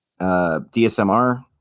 DSMR